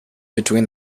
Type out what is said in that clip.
between